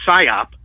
psyop